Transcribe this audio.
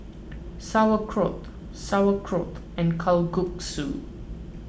Sauerkraut Sauerkraut and Kalguksu